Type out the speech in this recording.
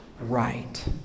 right